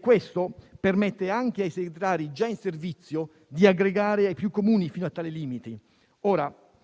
Questo permette anche ai segretari già in servizio di aggregare più Comuni fino a tali limiti.